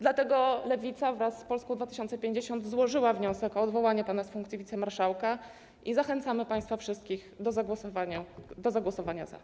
Dlatego Lewica wraz z Polską 2050 złożyła wniosek o odwołanie pana z funkcji wicemarszałka i zachęcamy państwa wszystkich do zagłosowania za.